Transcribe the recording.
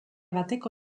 bateko